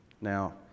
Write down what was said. Now